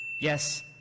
Yes